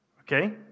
Okay